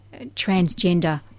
transgender